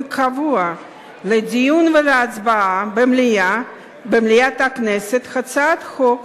קבוע לדיון ולהצבעה במליאת הכנסת הצעות חוק